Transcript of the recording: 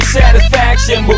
satisfaction